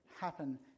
happen